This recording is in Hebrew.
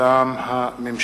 הוא: